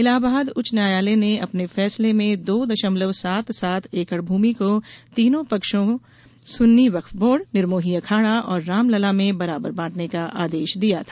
इलाहाबाद उच्च न्यायालय ने अपने फैसले में दो दशमलव सात सात एकड़ भूमि को तीनों पक्षों सुन्नी वक्फ बोर्ड निर्मोही अखाड़ा और रामलला में बराबर बांटने का आदेश दिया था